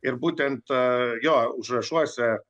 ir būtent jo užrašuose